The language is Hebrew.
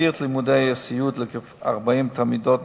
נזכיר את לימודי הסיעוד לכ-40 תלמידות